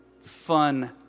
fun